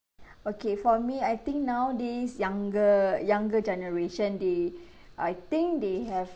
okay for me I think nowadays younger younger generation they I think they have